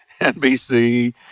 NBC